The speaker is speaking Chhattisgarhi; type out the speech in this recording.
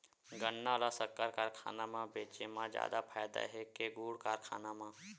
गन्ना ल शक्कर कारखाना म बेचे म जादा फ़ायदा हे के गुण कारखाना म?